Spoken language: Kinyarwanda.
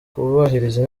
kubahiriza